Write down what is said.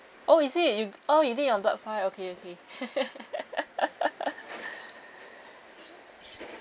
oh is it you oh you did on black file okay